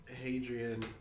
Hadrian